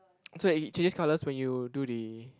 so it changes colour when you do the